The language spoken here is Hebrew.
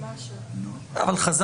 (סבב שמות)